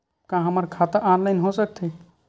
का हमर खाता ऑनलाइन हो सकथे?